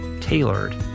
tailored